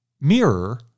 mirror